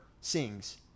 sings